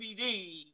DVD